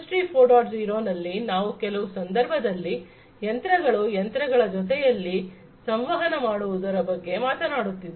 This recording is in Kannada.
0 ನಲ್ಲಿ ನಾವು ಕೆಲವು ಸಂದರ್ಭದಲ್ಲಿ ಯಂತ್ರಗಳು ಯಂತ್ರಗಳ ಜೊತೆಯಲ್ಲಿ ಸಂವಹನ ಮಾಡುವುದರ ಬಗ್ಗೆಯು ಮಾತನಾಡುತ್ತಿದ್ದೇವೆ